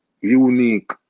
unique